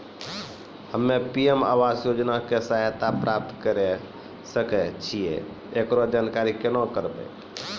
हम्मे पी.एम आवास योजना के सहायता प्राप्त करें सकय छियै, एकरो जानकारी केना करबै?